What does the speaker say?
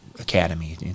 academy